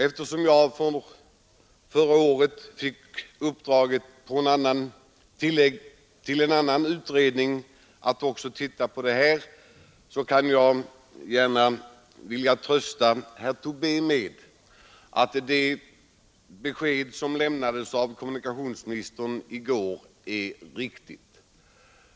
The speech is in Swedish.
Eftersom jag förra året fick uppdraget tillagt i en annan utredning att också titta på den här frågan vill jag gärna uppmuntra herr Tobé med att bekräfta att det besked som lämnades av kommunikationsministern i går är riktigt.